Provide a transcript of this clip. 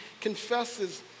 confesses